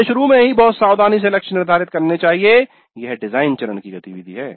हमें शुरू में ही बहुत सावधानी से लक्ष्य निर्धारित करने चाहिए यह डिजाइन चरण की गतिविधि है